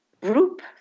group